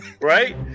right